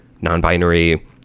non-binary